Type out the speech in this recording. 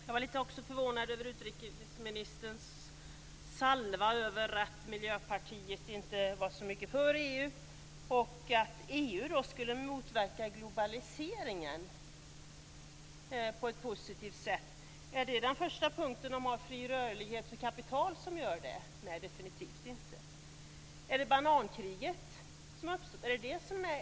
Jag är också lite förvånad över utrikesministerns salva mot att Miljöpartiet inte är så mycket för EU och inte tror på att EU skulle motverka globaliseringen på ett positivt sätt. Skulle den första punkten, om fri rörlighet för kapital, göra det? Nej, definitivt inte.